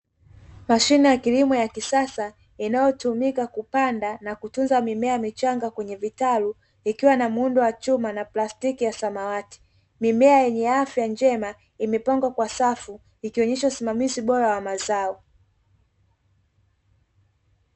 Mashine ya kilimo ya kisasa inayotumika kupanda na kutunza mimea michanga kwenye vitalu, ikiwa na muundo wa chuma na plastiki ya samawati. Mimea yenye afya njema imepangwa kwa safu ikionyesha usimamizi bora wa mazao.